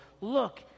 look